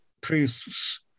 priests